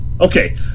Okay